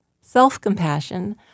self-compassion